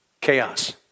chaos